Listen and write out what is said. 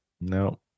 No